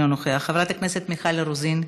אינו נוכח, חברת הכנסת מיכל רוזין,